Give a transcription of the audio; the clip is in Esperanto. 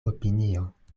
opinio